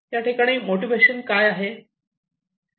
याठिकाणी मोटिवेशन काय आहे